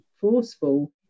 forceful